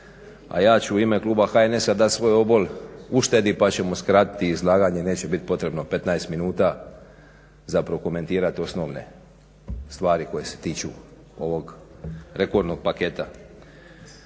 a ja ću u ime Kluba HNS-a dati svoj obol uštedi pa ćemo skratiti izlaganje, neće biti potrebno 15 minuta zapravo komentirati osnovne stvari koje se tiču ovog rekordnog paketa.